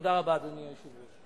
תודה רבה, אדוני היושב-ראש.